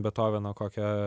bethoveno kokią